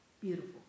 beautiful